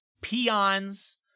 peons